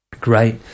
Great